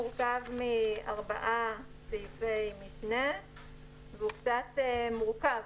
סעיף התחילה מורכב מארבעה סעיפי משנה והוא קצת מורכב.